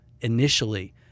initially